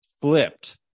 flipped